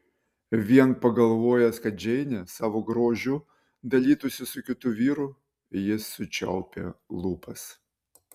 vien pagalvojęs kad džeinė savo grožiu dalytųsi su kitu vyru jis sučiaupė lūpas